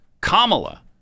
Kamala